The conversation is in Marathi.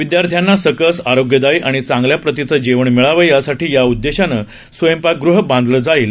विदयार्थ्यांना सकस आरोग्यदायी आणि चांगल्या प्रतीचं जेवण मिळावं यासाठी या उद्देशानं स्वयंपाकगृह बांधलं जाईल